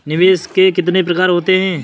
निवेश के कितने प्रकार होते हैं?